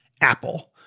apple